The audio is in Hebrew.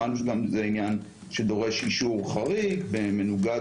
שמענו גם שזה עניין שדורש אישור חריג ומנוגד,